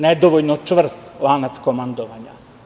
Nedovoljno čvrst lanac komandovanja.